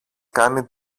κάνει